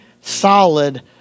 solid